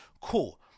Cool